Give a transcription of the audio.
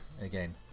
again